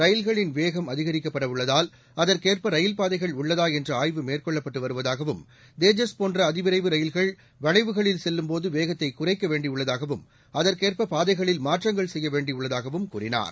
ரயில்களின் வேகம் அதிகரிக்கப்படவுள்ளதால் அதற்கேற்ப ரயில்பாதைகள் உள்ளதா என்று ஆய்வு மேற்கொள்ளப்பட்டு வருவதாகவும் தேஜஸ் போன்ற அதிவிரைவு ரயில்கள் வளைவுகளில் செல்லும்போது குறைக்கவேண்டியுள்ளதாகவும் அதற்கேற்ப பாதைகளில் மாற்றங்கள் செய்ய வேகத்தை வேண்டியுள்ளதாகவும் கூறினார்